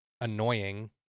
annoying